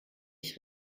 ich